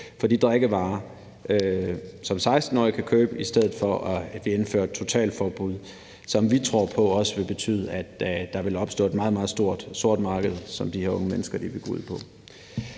for de drikkevarer, som 16-årige kan købe, i stedet for at vi indfører et totalforbud, som vi tror på også vil betyde, at der vil opstå et meget, meget stort sort marked, som de her unge mennesker vil gå ud på.